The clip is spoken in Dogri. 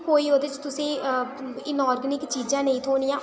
कोई ओह्दे च तुसेंगी इन आर्गनिक चीजां नेईं थ्होनियां